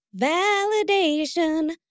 validation